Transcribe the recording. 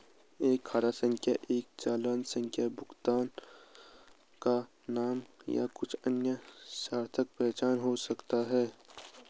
एक खाता संख्या एक चालान संख्या भुगतानकर्ता का नाम या कुछ अन्य सार्थक पहचान हो सकता है